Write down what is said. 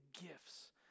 gifts